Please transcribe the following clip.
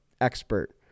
expert